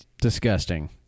Disgusting